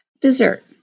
dessert